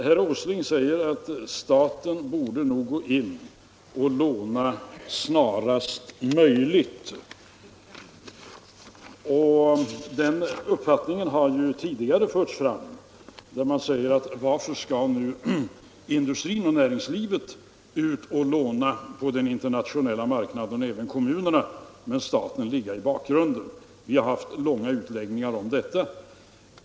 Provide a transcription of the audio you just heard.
Herr Åsling ansåg att staten borde gå ut och låna snarast möjligt. Den uppfattningen har tidigare förts fram. Man har frågat: Varför skall industrin, kommunerna och näringslivet gå ut och låna på den internationella marknaden, men staten ligga i bakgrunden? Vi har haft långa utläggningar om detta.